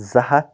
زٕ ہتھ